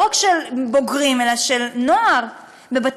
לא רק של בוגרים אלא של נוער בבית-ספר,